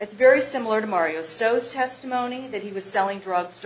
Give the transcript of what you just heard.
it's very similar to mario stows testimony in that he was selling drugs to